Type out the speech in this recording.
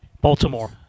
Baltimore